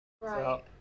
Right